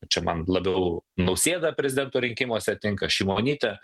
čia man labiau nausėda prezidento rinkimuose tinka šimonytė